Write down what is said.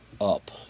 up